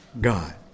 God